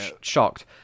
shocked